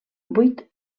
vuit